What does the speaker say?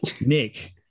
Nick